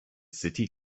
city